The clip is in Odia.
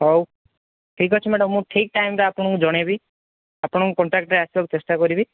ହଉ ଠିକ୍ ଅଛି ମ୍ୟାଡ଼ାମ୍ ମୁଁ ଠିକ୍ ଟାଇମ୍ରେ ଆପଣଙ୍କୁ ଜଣେଇବି ଆପଣଙ୍କ କଣ୍ଚାକ୍ଟରେ ଆସିବାକୁ ଚେଷ୍ଟା କରିବି